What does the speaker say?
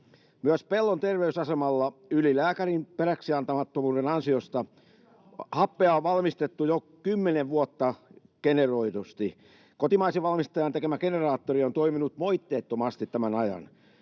Myös Pellon terveysasemalla ylilääkärin peräksiantamattomuuden ansiosta [Antti Kurvinen: Lisähappea hallitukselle!] happea on valmistettu jo kymmenen vuotta generoidusti. Kotimaisen valmistajan tekemä generaattori on toiminut moitteettomasti tämän ajan.